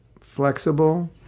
flexible